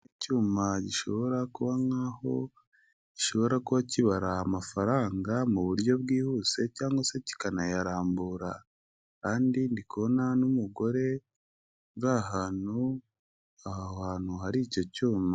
Icyuma gishobora kuba nkaho, gishobora kuba kibara amafaranga mu buryo bwihuse cyangwa se kikanayarambura, kandi ndi kubona n'umugore uri ahantu, aha hantu hari icyo cyuma.